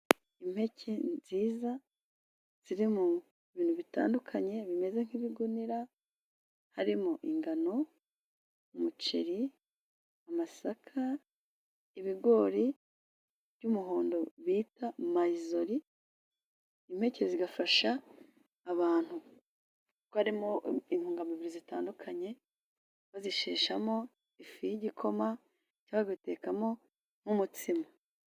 Impeke nziza ziri mu bintu bitandukanye bimeze nk'ibigunira harimo ingano, umuceri, amasaka, ibigori by'umuhondo bita mayizori, impeke zigafasha abantu barimo intungamubiri zitandukanye, bazisheshamo ifu y'igikoma babitekamo n'umutsima.